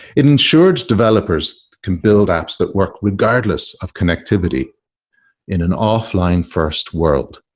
it ensured developers can build apps that work regardless of connectivity in an offline-first world,